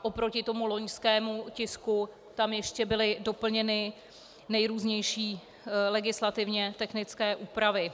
Oproti loňskému tisku tam ještě byly doplněny nejrůznější legislativně technické úpravy.